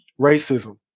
racism